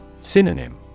Synonym